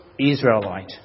Israelite